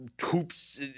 hoops